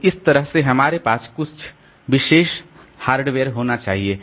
तो इस तरह से हमारे पास कुछ विशेष हार्डवेयर होना चाहिए